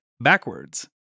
backwards